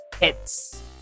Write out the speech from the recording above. hits